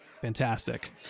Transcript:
Fantastic